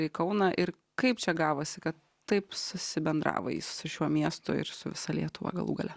į kauną ir kaip čia gavosi kad taip susibendravo jis su šiuo miestu ir su visa lietuva galų gale